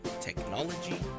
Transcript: technology